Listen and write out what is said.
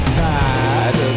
tired